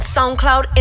SoundCloud